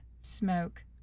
smoke